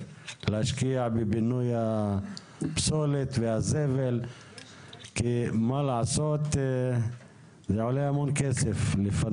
להשקיע בפינוי הפסולת והזבל כי זה עולה הרבה כסף?